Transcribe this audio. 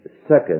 second